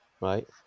Right